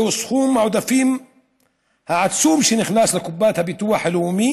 זהו סכום העודפים העצום שנכנס לקופת הביטוח הלאומי